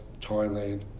Thailand